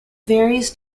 various